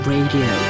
Radio